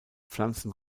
pflanzen